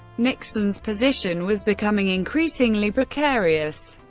nixon's position was becoming increasingly precarious.